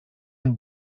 and